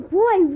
boy